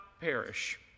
perish